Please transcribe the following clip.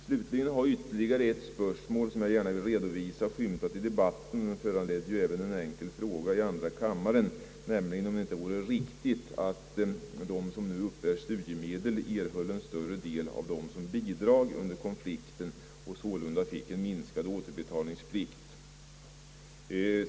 Slutligen har ytterligare ett spörsmål skymtat i debatten och även föranlett en enkel fråga i andra kammaren, nämligen om det inte vore riktigt att studerande som uppbär studiemedel erhöll en större del av dem som bidrag under konflikten och sålunda fick en minskad återbetalningsplikt.